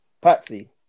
Patsy